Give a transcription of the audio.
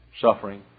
suffering